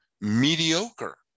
mediocre